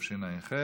התשע"ח 2018,